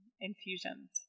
infusions